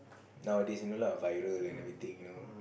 nowadays only lah viral and everything you know